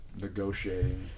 negotiating